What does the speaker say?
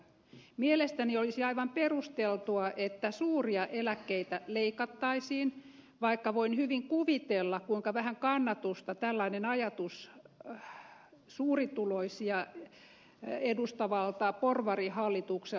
mielestäni olisi aivan perusteltua että suuria eläkkeitä leikattaisiin vaikka voin hyvin kuvitella kuinka vähän kannatusta tällainen ajatus suurituloisia edustavalta porvarihallitukselta saa